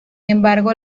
embargo